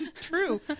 True